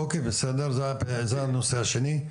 אוקיי, בסדר, זה הנושא השני.